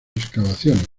excavaciones